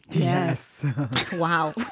yes wow.